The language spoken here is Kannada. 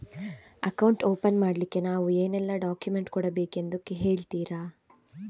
ಅಕೌಂಟ್ ಓಪನ್ ಮಾಡ್ಲಿಕ್ಕೆ ನಾವು ಏನೆಲ್ಲ ಡಾಕ್ಯುಮೆಂಟ್ ಕೊಡಬೇಕೆಂದು ಹೇಳ್ತಿರಾ?